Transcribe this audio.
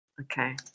Okay